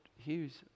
Hughes